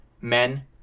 Men